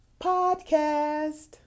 podcast